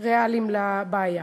ריאליים לבעיה.